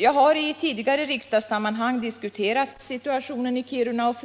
Jag har tidigare i riksdagssammanhang diskuterat situationen i Kiruna och